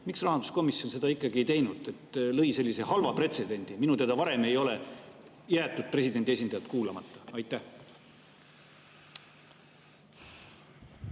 Miks rahanduskomisjon seda ei teinud ja lõi sellise halva pretsedendi? Minu teada ei ole varem jäetud presidendi esindajat kuulamata. Aitäh!